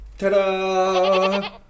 Ta-da